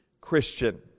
Christian